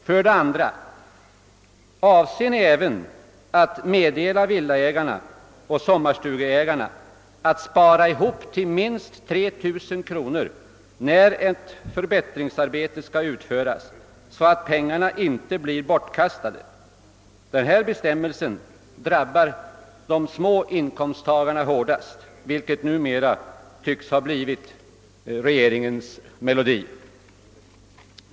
För det andra: Avser ni även att uppmana villaägarna och sommarstugeägarna att samla ihop minst 3 000 kronor till varje förbättringsarbete, så att pengarna inte blir bortkastade? Denna bestämmelse drabbar de små inkomsttagarna hårdast, vilket numera tycks ha blivit regeringens melodi.